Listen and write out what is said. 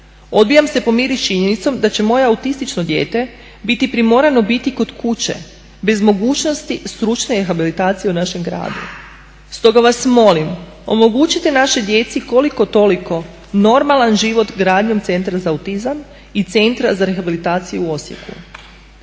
Odbijam se pomiriti s činjenicom da će moje autistično dijete biti primorano biti kod kuće bez mogućnosti stručne rehabilitacije u našem gradu. Stoga vas molim omogućite našoj djeci koliko toliko normalan život gradnjom Centra za autizam i Centra za rehabilitaciju u Osijeku."